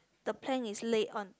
the plank is laid on